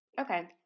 Okay